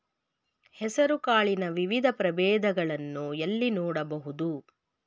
ಹೆಸರು ಕಾಳಿನ ವಿವಿಧ ಪ್ರಭೇದಗಳನ್ನು ಎಲ್ಲಿ ನೋಡಬಹುದು?